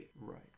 Right